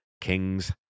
King's